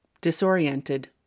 disoriented